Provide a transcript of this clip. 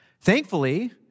Thankfully